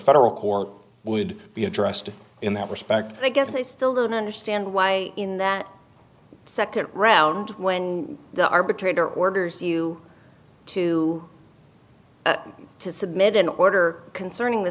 federal court would be addressed in that respect i guess i still don't understand why in that second round when the arbitrator orders you to submit an order concerning the